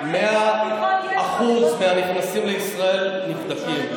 100% הנכנסים לישראל נבדקים.